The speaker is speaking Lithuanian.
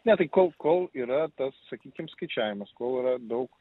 ne tai kol kol yra tas sakykim skaičiavimas kol yra daug